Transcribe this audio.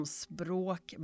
språk